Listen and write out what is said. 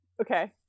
Okay